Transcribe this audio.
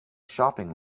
shopping